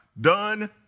done